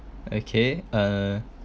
okay uh